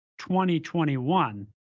2021